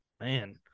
man